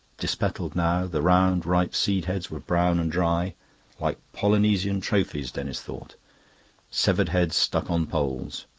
dispetaled now the round, ripe seedheads were brown and dry like polynesian trophies, denis thought severed heads stuck on poles.